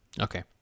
Okay